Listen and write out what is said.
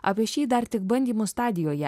apie šį dar tik bandymų stadijoje